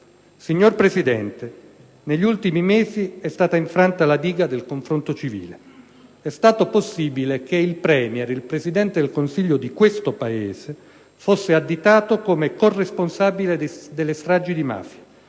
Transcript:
Signor Presidente, negli ultimi mesi è stata infranta la diga del confronto civile. È stato possibile che il Premier, il Presidente del Consiglio di questo Paese, fosse additato come corresponsabile delle stragi di mafia;